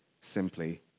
simply